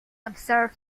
observe